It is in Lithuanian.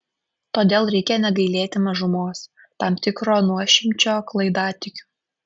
todėl reikia negailėti mažumos tam tikro nuošimčio klaidatikių